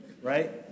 Right